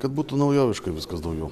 kad būtų naujoviška viskas daugiau